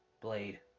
Blade